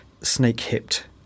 snake-hipped